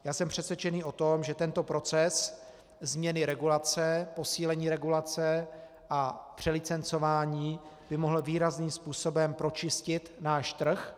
Já jsem přesvědčený o tom, že tento proces změny regulace, posílení regulace a přelicencování, by mohl výrazným způsobem pročistit náš trh.